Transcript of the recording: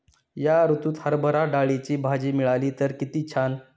या ऋतूत हरभरा डाळीची भजी मिळाली तर कित्ती छान